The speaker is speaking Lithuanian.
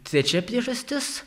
trečia priežastis